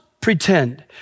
Pretend